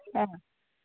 ആ